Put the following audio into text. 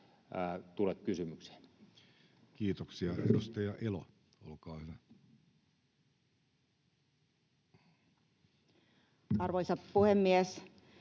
tule kysymykseen. Kiitoksia. — Edustaja Elo, olkaa hyvä. Arvoisa puhemies!